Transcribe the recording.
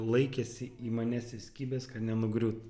laikėsi į manęs įsikibęs kad nenugriūt